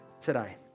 today